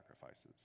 sacrifices